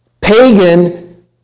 pagan